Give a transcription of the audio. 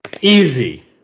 Easy